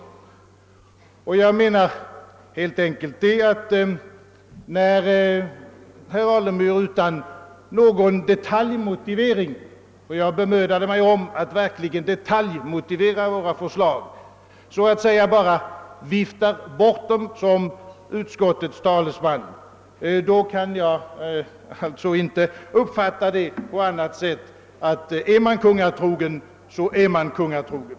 Jag bemödade mig verkligen om att detaljmotivera våra förslag. När herr Alemyr utan någon detaljmotivering såsom utskottets talesman bara viftar bort våra argument. kan jag inte uppfatta det på annat sätt än att är man kungatrogen, så är man kungatrogen.